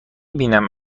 بینم